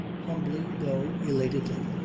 humbly though elatedly,